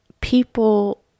people